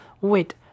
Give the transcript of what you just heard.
Wait